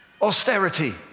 austerity